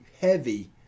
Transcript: heavy